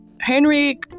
henry